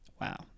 Wow